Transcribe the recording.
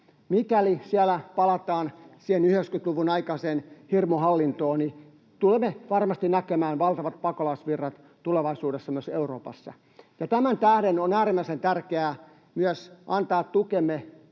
Mikäli siellä palataan siihen 90-luvun aikaiseen hirmuhallintoon, niin tulemme varmasti näkemään valtavat pakolaisvirrat tulevaisuudessa myös Euroopassa. Tämän tähden on äärimmäisen tärkeää myös antaa tukemme